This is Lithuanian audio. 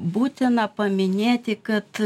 būtina paminėti kad